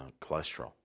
cholesterol